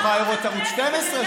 את יכולה לראות ערוץ 12,